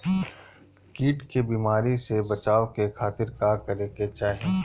कीट के बीमारी से बचाव के खातिर का करे के चाही?